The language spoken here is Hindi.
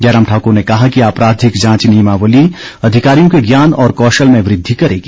जयराम ठाकुर ने कहा कि आपराधिक जांच नियमावली अधिकारियों के ज्ञान और कौशल में वृद्धि करेगी